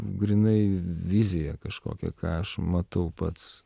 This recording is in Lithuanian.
grynai viziją kažkokią ką aš matau pats